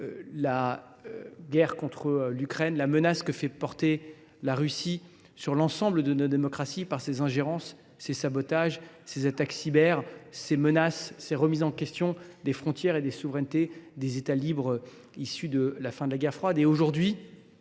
la guerre contre l’Ukraine, avec la menace que fait porter la Russie sur l’ensemble de nos démocraties par ses ingérences, ses sabotages, ses attaques cyber, ses menaces, ses remises en question des frontières et des souverainetés des États libres issus de la fin de la guerre froide. À cela